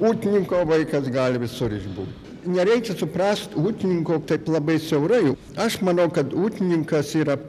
ūkininko vaikas gali visur išbūt nereikia suprast ūkininko taip labai siaurai aš manau kad ūkininkas yra